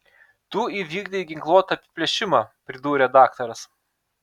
tu įvykdei ginkluotą apiplėšimą pridūrė daktaras